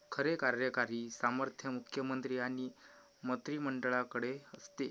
खरे कार्यकारी सामर्थ्य मुख्यमंत्री आणि मंत्रिमंडळाकडे असते